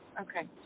Okay